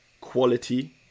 quality